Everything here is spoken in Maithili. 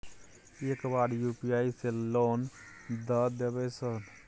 एक बार यु.पी.आई से लोन द देवे सर?